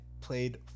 played